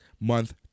month